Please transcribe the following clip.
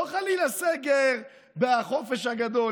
לא חלילה סגר בחופש הגדול,